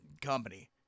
company